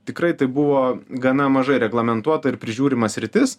tikrai tai buvo gana mažai reglamentuota ir prižiūrima sritis